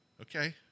Okay